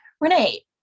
Renee